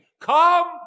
Come